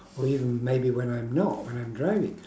or even maybe when I'm not when I'm driving